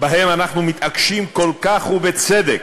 שבהם אנחנו מתעקשים כל כך, ובצדק,